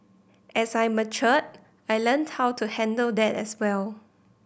as I matured I learnt how to handle that as well